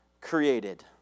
created